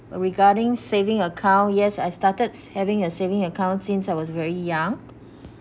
regarding saving account yes I started s~ having a saving account since I was very young